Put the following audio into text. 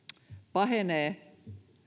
pahenee